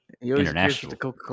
international